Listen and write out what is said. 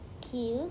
Cute